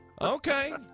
Okay